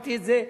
העברתי את זה.